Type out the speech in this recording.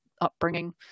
upbringing